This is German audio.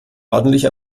ordentlich